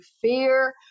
fear